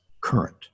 current